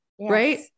right